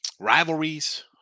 Rivalries